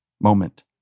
moment